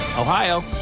Ohio